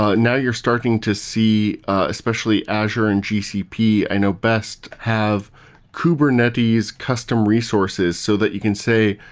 ah now you're starting to see, especially azure and gcp, i know best have kubernetes customer resources so that you can say,